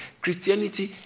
Christianity